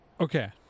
Okay